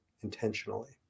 intentionally